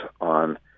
on